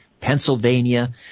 Pennsylvania